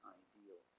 ideal